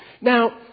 Now